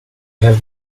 have